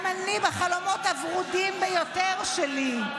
גם אני, בחלומות הוורודים ביותר שלי,